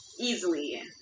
easily